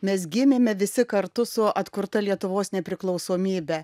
mes gimėme visi kartu su atkurta lietuvos nepriklausomybe